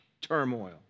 turmoil